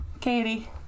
Katie